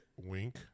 wink